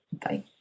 Bye